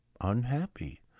unhappy